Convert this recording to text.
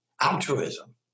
altruism